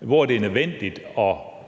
hvor det er nødvendigt